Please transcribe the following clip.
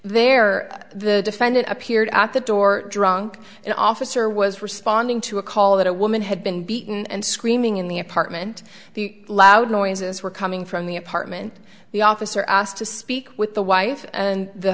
there the defendant appeared at the door drunk an officer was responding to a call that a woman had been beaten and screaming in the apartment the loud noises were coming from the apartment the officer asked to speak with the wife and the